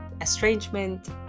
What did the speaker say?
estrangement